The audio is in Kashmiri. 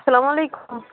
سلام علیکُم